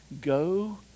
Go